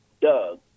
Doug